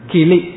Kili